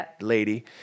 lady